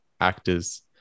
actors